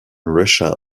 russia